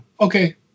okay